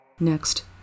Next